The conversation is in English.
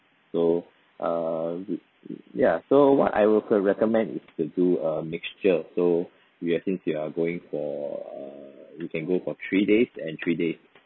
so err ya so what I also recommend is to do a mixture so you're since you are going for err you can go for three days and three days